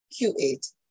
Q8